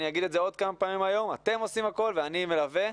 אני אומר את זה עוד כמה פעמים אתם עושים הכול ואני מלווה,